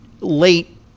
late